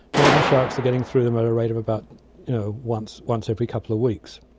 modern sharks are getting through them at a rate of about you know once once every couple of weeks.